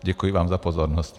Děkuji vám za pozornost.